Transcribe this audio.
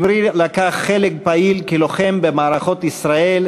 אמרי לקח חלק פעיל כלוחם במערכות ישראל,